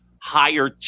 higher